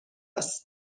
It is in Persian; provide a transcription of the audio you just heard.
است